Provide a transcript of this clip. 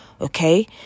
okay